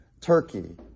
Turkey